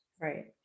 Right